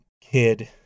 kid